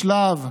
בשלב,